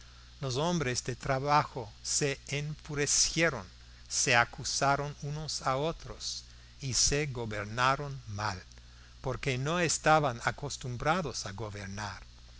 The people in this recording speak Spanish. los hombres de trabajo se enfurecieron se acusaron unos a otros y se gobernaron mal porque no estaban acostumbrados a gobernar